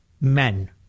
men